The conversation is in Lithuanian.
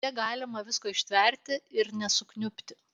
kiek galima visko ištverti ir nesukniubti